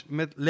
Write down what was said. met